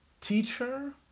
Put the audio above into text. teacher